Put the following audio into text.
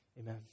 Amen